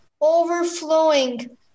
Overflowing